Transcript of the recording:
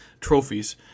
trophies